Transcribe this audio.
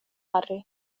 harry